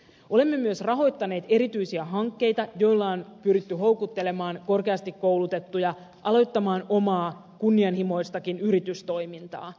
olemme myös rahoittaneet erityisiä hankkeita joilla on pyritty houkuttelemaan korkeasti koulutettuja aloittamaan omaa kunnianhimoistakin yritystoimintaa